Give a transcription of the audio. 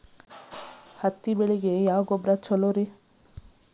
ಹತ್ತಿ ಬೆಳಿಗ ಯಾವ ಗೊಬ್ಬರ ಛಲೋ?